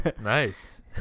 nice